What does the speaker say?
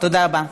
תודה רבה.